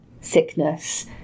sickness